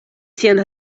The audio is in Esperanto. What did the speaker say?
sian